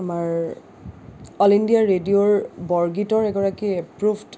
আমাৰ all India ৰেডিঅ'ৰ বৰগীতৰ এগৰাকী এপ্ৰুভড